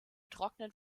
trocknen